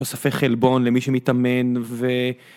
תוספי חלבון למי שמתאמן ו...